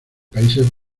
países